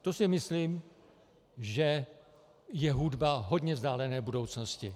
To si myslím, že je hudba hodně vzdálené budoucnosti.